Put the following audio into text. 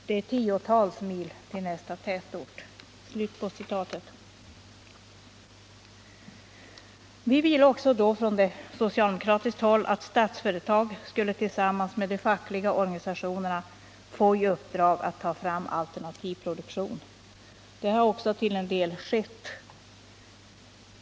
Det är tiotals mil till nästa tätort.” Vi ville också från socialdemokratiskt håll att Statsföretag AB tillsammans med de fackliga organisationerna skulle få i uppdrag att ta fram alternativ produktion. Det har också till en del skett.